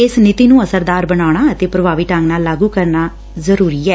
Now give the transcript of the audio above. ਇਸ ਨੀਤੀ ਨੂੰ ਅਸਰਦਾਰ ਬਨਾਉਣਾ ਅਤੇ ਪੁਭਾਵੀ ਢੰਗ ਨਾਲ ਲਾਗ ਕਰਨਾ ਜ਼ਰਰੀ ਐ